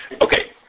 Okay